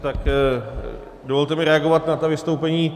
Tak dovolte mi reagovat na ta vystoupení.